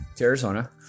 Arizona